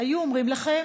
היו אומרים לכם: